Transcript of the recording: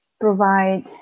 provide